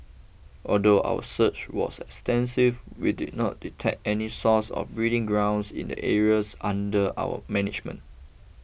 although our search was extensive we did not detect any source or breeding grounds in the areas under our management